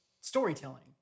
storytelling